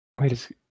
wait